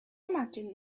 imagine